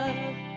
love